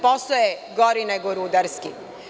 Posao je gori nego rudarski.